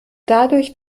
dadurch